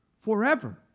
forever